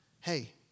hey